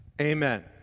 Amen